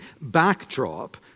backdrop